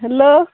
hello